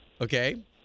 Okay